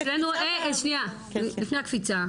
לפני הקפיצה,